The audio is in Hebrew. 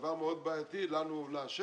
בדבר מאוד בעייתי לנו לאשר.